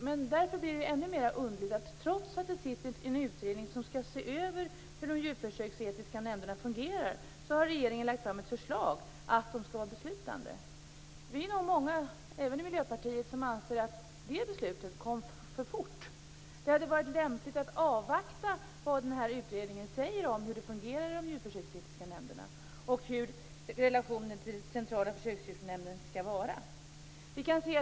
Men därför blir det ännu mer underligt. Trots att det sitter en utredning som skall se över hur de djurförsöksetiska nämnderna fungerar har regeringen lagt fram ett förslag om att de skall vara beslutande. Vi är nog många, även i Miljöpartiet, som anser att det beslutet kom för fort. Det hade varit lämpligt att avvakta vad utredningen säger om hur det fungerar i de djurförsöksetiska nämnderna och om hur relationen till Centrala försöksdjursnämnden skall vara.